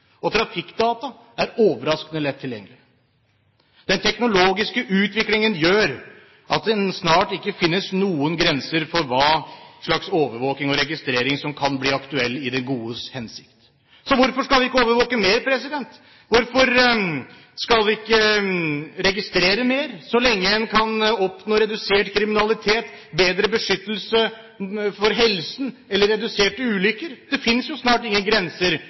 og trafikkdata er overraskende lett tilgjengelig. Den teknologiske utviklingen gjør at det snart ikke finnes noen grenser for hva slags overvåking og registrering som kan bli aktuell i det godes hensikt. Så hvorfor skal vi ikke overvåke mer? Hvorfor skal vi ikke registrere mer så lenge man kan oppnå redusert kriminalitet, bedre beskyttelse for helsen eller reduserte ulykker? Det fins jo snart ingen grenser